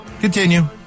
Continue